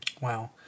Wow